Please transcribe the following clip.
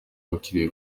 hakwiriye